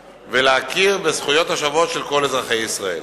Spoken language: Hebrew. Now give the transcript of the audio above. ולהכיר בזכויות השוות של כל אזרחי ישראל".